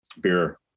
Beer